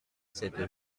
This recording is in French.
cette